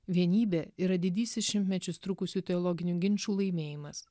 vienybė yra didysis šimtmečius trukusių teologinių ginčų laimėjimas